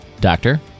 doctor